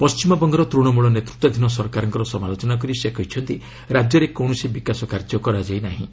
ପଣ୍ଟିମବଙ୍ଗର ତୃଣମୂଳ ନେତୃତ୍ୱାଧୀନ ସରକାରଙ୍କର ସମାଲୋଚନା କରି ସେ କହିଛନ୍ତି ରାଜ୍ୟରେ କୌଣସି ବିକାଶ କାର୍ଯ୍ୟ କରାଯାଇ ନାହିଁ